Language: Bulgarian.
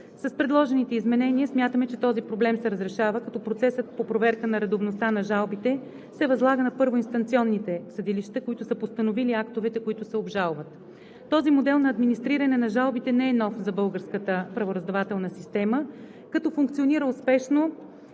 С предложените изменения смятаме, че този проблем се разрешава, като процесът по проверка на редовността на жалбите се възлага на първоинстанционните съдилища, които са постановили актовете, които се обжалват. Този модел на администриране на жалбите не е нов за българската правораздавателна система, като функционира успешно